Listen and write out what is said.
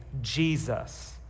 Jesus